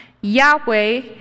Yahweh